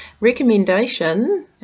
recommendation